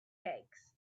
cakes